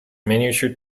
miniature